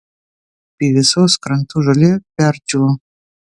pyvesos krantų žolė perdžiūvo